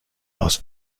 aus